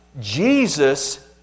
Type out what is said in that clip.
Jesus